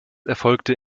erfolgte